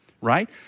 right